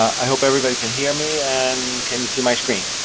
i hope everybody can hear me and can you see my screen?